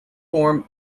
form